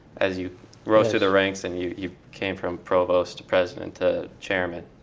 as you rose through the ranks and you you came from provost to president to chairman?